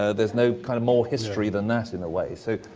ah there's no kind of more history than that, in a way, so,